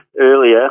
Earlier